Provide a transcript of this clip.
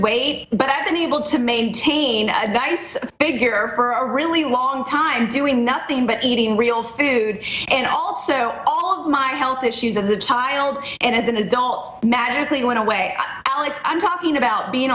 weight but i've been able to maintain that as a figure for a really long time doing nothing but eating real food and also all of my health issues as a child and as an adult magically went away alex i'm talking about being